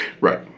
Right